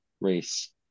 race